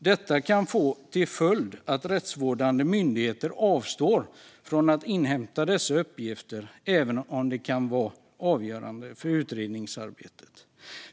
Detta kan få till följd att rättsvårdande myndigheter avstår från att inhämta dessa uppgifter även om de kan vara avgörande för utredningsarbetet.